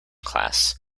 class